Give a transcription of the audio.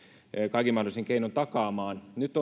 kaikin mahdollisin keinoin takaamaan nyt